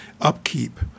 upkeep